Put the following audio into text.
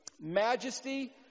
majesty